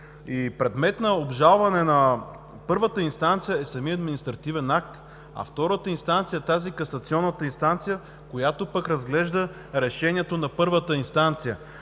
предмет на обжалване на първата инстанция е самият административен акт, а втората инстанция – тази касационната инстанция, пък разглежда решението на първата инстанция.